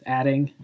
adding